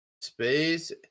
Space